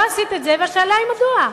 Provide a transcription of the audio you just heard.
לא עשית את זה, והשאלה היא: מדוע?